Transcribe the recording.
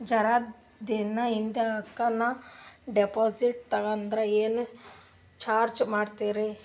ಜರ ದಿನ ಹಿಂದಕ ನಾ ಡಿಪಾಜಿಟ್ ತಗದ್ರ ಏನ ಚಾರ್ಜ ಮಾಡ್ತೀರಿ?